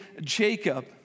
Jacob